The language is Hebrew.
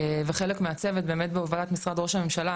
וחלק מהצוות באמת בהובלת משרד ראש הממשלה,